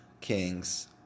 kings